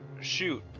shoot